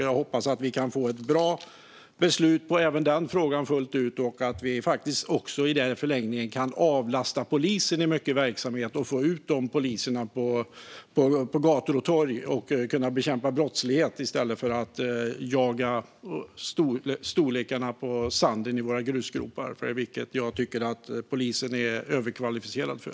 Jag hoppas att vi kan få ett bra beslut även i denna fråga fullt ut och att vi i förlängningen också kan avlasta polisen mycket verksamhet och därmed få ut poliser på gator och torg som kan bekämpa brottslighet i stället för att kolla storleken på sanden i våra grusgropar, vilket jag tycker att polisen är överkvalificerad för.